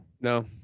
no